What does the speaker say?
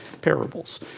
parables